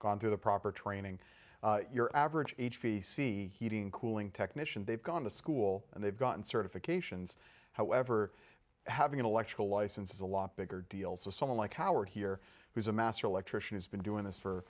gone through the proper training your average h b c heating cooling technician they've gone to school and they've gotten certifications however having an electrical license is a lot bigger deal so someone like howard here who's a master electrician has been doing this for